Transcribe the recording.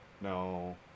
No